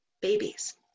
Babies